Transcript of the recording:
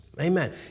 Amen